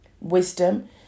wisdom